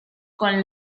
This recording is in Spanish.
con